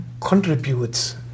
contributes